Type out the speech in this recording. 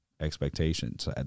expectations